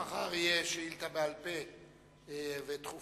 מחר תהיה שאילתא בעל-פה כאן,